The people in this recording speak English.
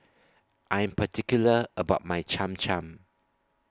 I Am particular about My Cham Cham